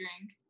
drink